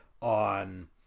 on